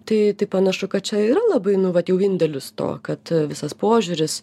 tai tai panašu kad čia yra labai nu vat jau indėlis to kad visas požiūris